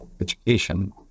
education